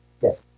Yes